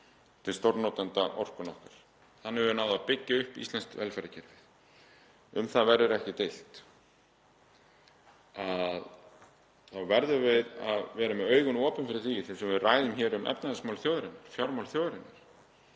selja til stórnotenda orkuna okkar. Þannig höfum við náð að byggja upp íslenskt velferðarkerfi. Um það verður ekki deilt. Þá verðum við að vera með augun opin fyrir því þegar við ræðum hér um efnahagsmál þjóðarinnar, fjármál þjóðarinnar,